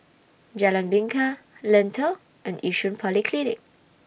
Jalan Bingka Lentor and Yishun Polyclinic